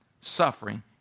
suffering